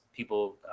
People